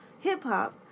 hip-hop